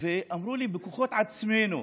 אמרו לי: בכוחות עצמנו,